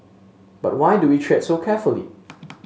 but why do we tread so carefully